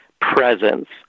presence